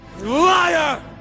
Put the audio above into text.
Liar